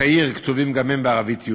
קהיר כתובים גם הם בערבית-יהודית.